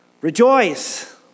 Rejoice